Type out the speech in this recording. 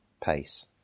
pace